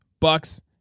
Bucks